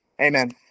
Amen